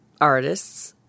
artists